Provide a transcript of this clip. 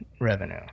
revenue